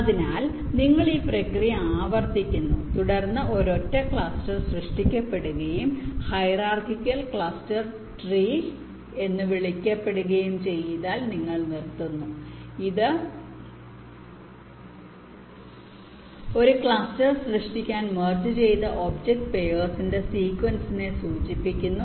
അതിനാൽ നിങ്ങൾ ഈ പ്രക്രിയ ആവർത്തിക്കുന്നു തുടർന്ന് ഒരൊറ്റ ക്ലസ്റ്റർ സൃഷ്ടിക്കപ്പെടുകയും ഹൈറാർക്കിക്കൽ ക്ലസ്റ്റർ ട്രീ എന്ന് വിളിക്കപ്പെടുകയും ചെയ്താൽ നിങ്ങൾ നിർത്തുന്നു ഇത് ഒരു ക്ലസ്റ്റർ സൃഷ്ടിക്കാൻ മെർജ് ചെയ്ത ഒബ്ജക്റ്റ് പെയർസിന്റെ സീക്വെൻസിനെ സൂചിപ്പിക്കുന്നു